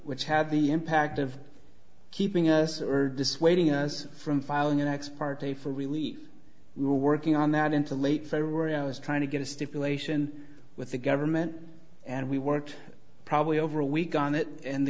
which have the impact of keeping us dissuading us from filing an ex parte for relief we were working on that into late february i was trying to get a stipulation with the government and we worked probably over a week on it and the